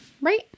Right